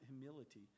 humility